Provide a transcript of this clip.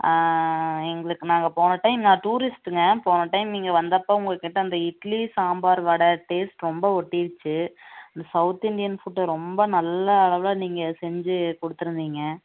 எங்களுக்கு நாங்கள் போன டைம் நான் டூரிஸ்ட்டுங்க போன டைம் நீங்கள் வந்தப்போ உங்கள்க் கிட்டே அந்த இட்லி சாம்பார் வடை டேஸ்ட் ரொம்ப ஒட்டிடுச்சி இந்த சவுத் இந்தியன் ஃபுட்டை ரொம்ப நல்ல அளவில் நீங்கள் செஞ்சு கொடுத்துருந்திங்க